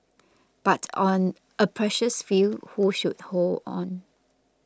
but on a precious few who should hold on